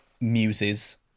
muses